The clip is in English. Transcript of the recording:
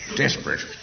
desperate